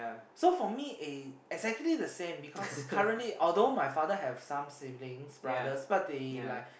so for me is exactly the same because currently although my father have some siblings brothers but they like